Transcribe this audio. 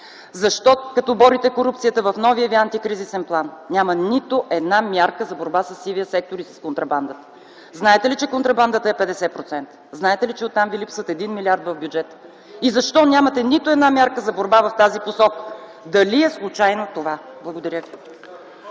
Защо, като борите корупцията, в новия ви Антикризисен план няма нито една мярка за борба със сивия сектор и с контрабандата? Знаете ли, че контрабандата е 50%? Знаете ли, че оттам Ви липсват 1 млрд. в бюджета? Защо нямате нито една мярка за борба в тази посока? Дали е случайно това? Благодаря Ви.